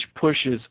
pushes